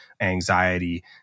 anxiety